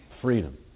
freedom